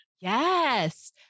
yes